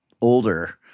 older